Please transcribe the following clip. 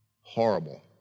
horrible